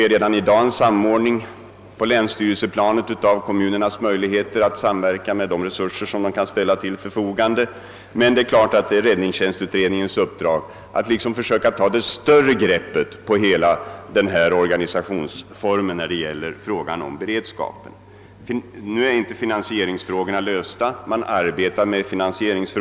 Redan i dag sker på länsstyrelseplanet en samordning av kommunernas möjligheter att samverka med de resurser som kan ställas till förfogande. Men det är räddningstjänstutredningens uppdrag att försöka ta ett större grepp på hela organisationsformen när det gäller frågan om beredskapen. Man arbetar fortfarande med finansieringsfrågorna, varför de ännu inte blivit lösta.